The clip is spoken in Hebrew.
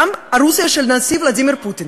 גם רוסיה של הנשיא ולדימיר פוטין.